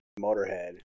Motorhead